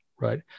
right